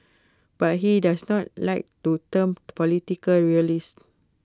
but he does not like to term political realist